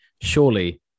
surely